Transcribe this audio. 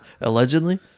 Allegedly